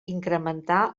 incrementar